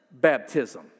baptism